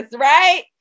right